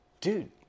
dude